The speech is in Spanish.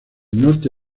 norte